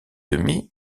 demie